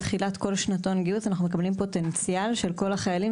בתחילת כל שנתון גיוס אנחנו מקבלים פוטנציאל של כל החיילים